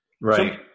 Right